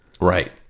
Right